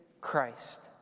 Christ